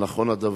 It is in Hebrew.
1. האם נכון הדבר?